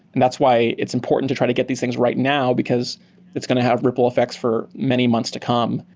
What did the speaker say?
that's why it's important to try to get these things right now, because it's going to have ripple effects for many months to come.